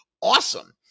awesome